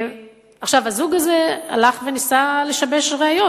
הזוג הזה הלך וניסה לשבש ראיות,